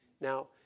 Now